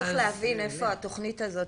צריך להבין איפה התוכנית הזאת,